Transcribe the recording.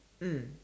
mm